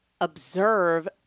observe